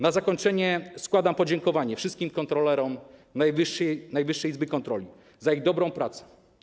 Na zakończenie składam podziękowanie wszystkim kontrolerom Najwyższej Izby Kontroli za ich dobrą pracę.